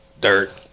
dirt